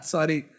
Sorry